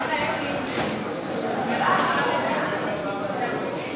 נמנעת אורי